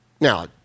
Now